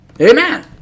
amen